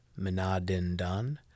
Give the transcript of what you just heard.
Minadindan